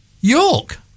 york